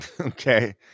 okay